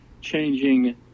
changing